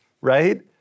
right